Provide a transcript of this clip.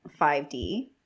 5D